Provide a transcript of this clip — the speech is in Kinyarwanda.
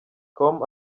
com